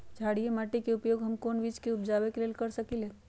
क्षारिये माटी के उपयोग हम कोन बीज के उपजाबे के लेल कर सकली ह?